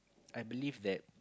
I believe that